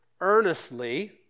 earnestly